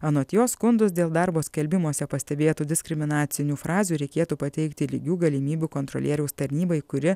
anot jos skundus dėl darbo skelbimuose pastebėtų diskriminacinių frazių reikėtų pateikti lygių galimybių kontrolieriaus tarnybai kuri